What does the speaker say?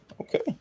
okay